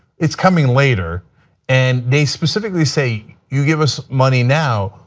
it is coming later and they specifically say, you give us money now,